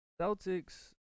Celtics